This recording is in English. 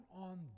on